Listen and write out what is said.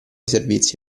servizi